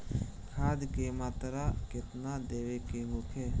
खाध के मात्रा केतना देवे के होखे?